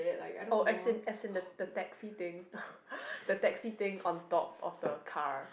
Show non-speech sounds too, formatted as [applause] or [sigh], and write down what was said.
oh as in as in the the taxi thing [laughs] the taxi thing on top of the car